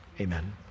Amen